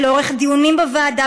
שלאורך דיונים בוועדה,